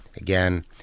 Again